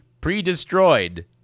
pre-destroyed